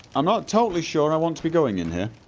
i'm not totally sure i want to be going in here